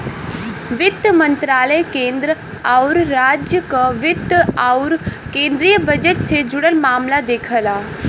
वित्त मंत्रालय केंद्र आउर राज्य क वित्त आउर केंद्रीय बजट से जुड़ल मामला देखला